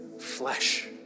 flesh